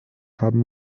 haben